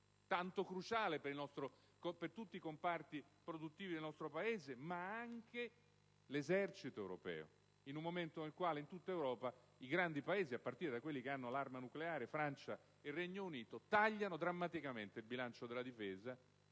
tanto cruciale per tutti i comparti produttivi del nostro Paese. Inoltre, potrei citare l'Esercito europeo, in un momento nel quale in tutta Europa i grandi Paesi, a partire da quelli che hanno l'arma nucleare (Francia e Regno Unito), tagliano drammaticamente il bilancio della difesa